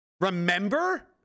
Remember